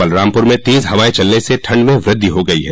बलरामपुर में तेज हवायें चलने से ठण्ड में व्रद्धि हो गयी है